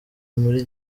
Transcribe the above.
muri